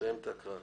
תסיים את ההקראה.